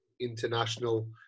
international